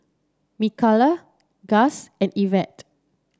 Mikala Gus and Ivette